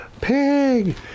pig